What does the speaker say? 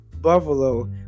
Buffalo